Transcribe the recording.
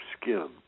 skin